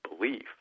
belief